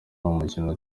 nk’umukino